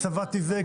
צבעתי זה,